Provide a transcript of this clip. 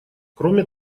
кроме